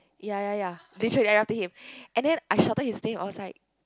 ya ya ya literally ran after him and then I shouted his name I was like